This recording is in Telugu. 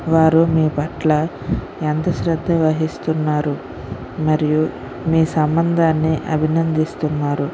వారు మీ పట్ల ఎంత శ్రద్ద వహిస్తున్నారు మరియు మీ సంబంధాన్ని అభినందిస్తున్నారు